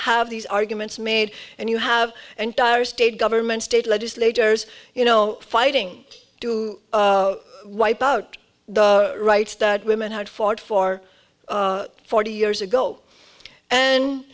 have these arguments made and you have and dire state government state legislators you know fighting to wipe out the rights that women had fought for forty years ago and